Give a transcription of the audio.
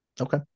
Okay